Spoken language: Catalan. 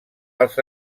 als